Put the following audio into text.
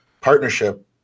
partnership